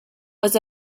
was